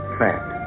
fact